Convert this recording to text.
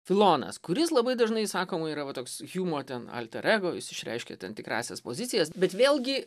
filonas kuris labai dažnai sakoma yra va toks hjumo ten alter ego jis išreiškia ten tikrąsias pozicijas bet vėlgi